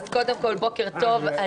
בוקר טוב.